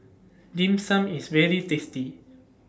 Dim Sum IS very tasty